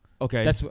Okay